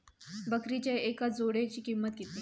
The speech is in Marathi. बकरीच्या एका जोडयेची किंमत किती?